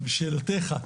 שאלותיך.